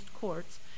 courts